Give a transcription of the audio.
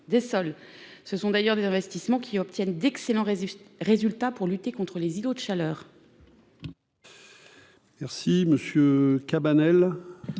ce sont d'ailleurs des investissements qui obtiennent d'excellents résultats résultats pour lutter contre les îlots de chaleur.